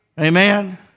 Amen